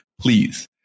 Please